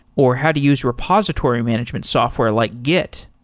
or how to use repository management software like git.